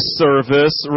service